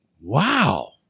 wow